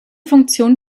funktion